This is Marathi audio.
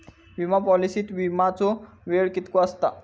विमा पॉलिसीत विमाचो वेळ कीतको आसता?